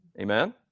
Amen